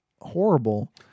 horrible